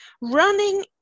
Running